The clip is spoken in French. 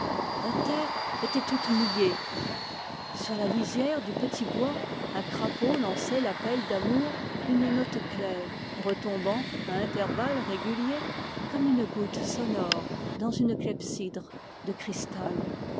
la terre était toute mouillée sur la lisière du petit bois un crapaud lançait l'appel d'amour une note claire retombant à intervalles réguliers comme une goutte sonore dans une clepsydre de cristal